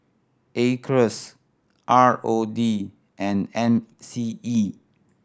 Acres R O D and M C E